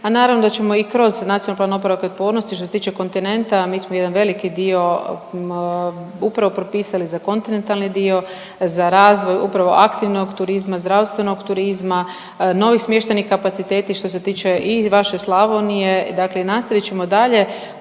a naravno da ćemo i kroz NPOO, a što se tiče kontinenta mi smo jedan veliki dio upravo propisali za kontinentalni dio, za razvoj upravo aktivnog turizma, zdravstvenog turizma, novi smještajni kapaciteti što se tiče i vaše Slavonije, dakle i nastavit ćemo dalje